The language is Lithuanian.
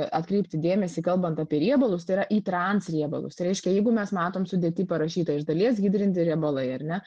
atkreipti dėmesį kalbant apie riebalus tai yra į transriebalus tai reiškia jeigu mes matom sudėty parašyta iš dalies hidrinti riebalai ar ne